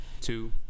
two